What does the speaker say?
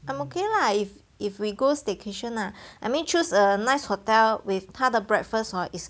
I'm okay lah if if we go staycation lah I mean choose a nice hotel with 他的 breakfast hor is